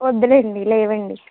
వద్దులేండి లేవండి